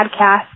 podcast